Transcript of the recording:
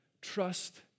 trust